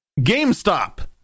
GameStop